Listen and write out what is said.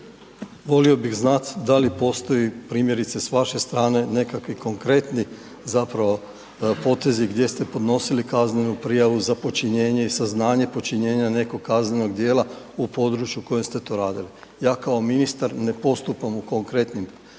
Volio bih znati da li postoji primjerice, s vaše strane nekakvi konkretni zapravo potezi gdje ste podnosili kaznenu prijavu za počinjenje i saznanje, počinjenje na nekog kaznenog djela u području u kojem ste to radili. Ja kao ministar ne postupak u konkretnim predmetima,